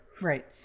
right